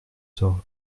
sort